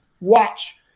Watch